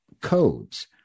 codes